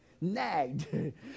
nagged